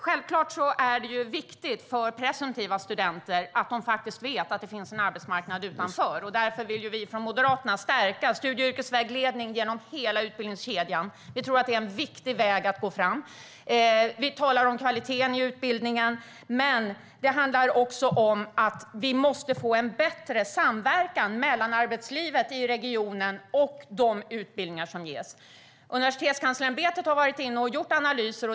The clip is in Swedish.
Självklart är det viktigt för presumtiva studenter att de vet att det finns en arbetsmarknad utanför. Därför vill vi från Moderaterna stärka studie och yrkesvägledning genom hela utbildningskedjan. Vi tror att det är en viktig väg att gå fram. Vi talar om kvalitet i utbildningen. Men det handlar också om att vi måste få en bättre samverkan mellan arbetslivet i regionen och de utbildningar som ges. Universitetskanslersämbetet har varit inne och gjort analyser.